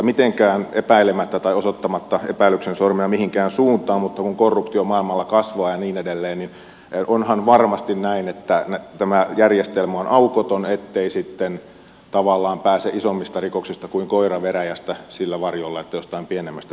mitenkään epäilemättä tai osoittamatta epäilyksen sormea mihinkään suuntaan kun korruptio maailmalla kasvaa ja niin edelleen niin onhan varmasti näin että tämä järjestelmä on aukoton ettei sitten tavallaan pääse isommista rikoksista kuin koira veräjästä sillä varjolla että jostain pienemmästä syytetään